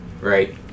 right